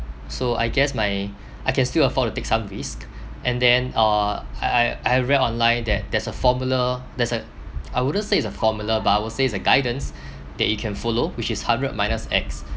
so I guess my I can still afford to take some risks and then uh I I I read online that there's a formula there's a I wouldn't say it's a formula but I will say is a guidance that you can follow which is hundred minus X